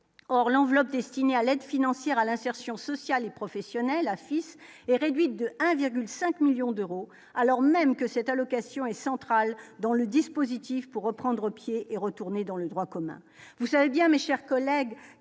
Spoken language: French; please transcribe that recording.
or l'enveloppe destinée à l'aide financière à l'insertion sociale et professionnelle a fils est réduite de 1,5 millions d'euros, alors même que cette allocation est centrale dans le dispositif pour reprendre pied et retourner dans le droit commun, vous savez bien, mes chers collègues,